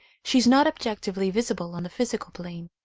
she is not objectively visible on the physical plane.